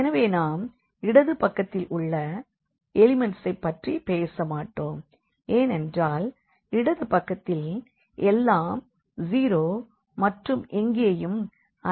எனவே நாம் இடது பக்கத்தில் உள்ள எலிமண்ட்ஸை பற்றி பேசமாட்டோம் ஏனென்றால் இடது பக்கத்தில் எல்லாம் 0 மற்றும் இங்கயும் அனைத்து எலிமண்ட்சும் 0